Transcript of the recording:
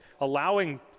allowing